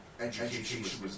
education